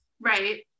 Right